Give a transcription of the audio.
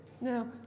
Now